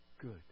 Good